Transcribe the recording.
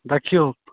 देखियौ